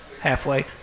halfway